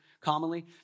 commonly